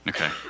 Okay